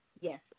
Yes